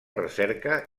recerca